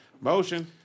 Motion